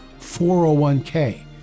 401k